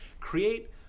create